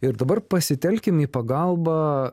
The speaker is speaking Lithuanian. ir dabar pasitelkim į pagalbą